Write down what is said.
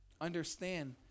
understand